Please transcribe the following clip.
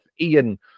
Ian